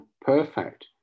perfect